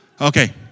Okay